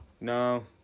No